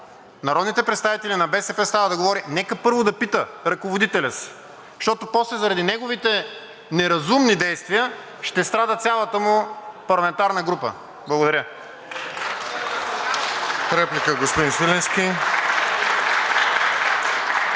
народните представители на БСП става да говори, нека първо да пита ръководителя си, защото после заради неговите неразумни действия ще страда цялата му парламентарна група. Благодаря.